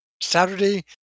Saturday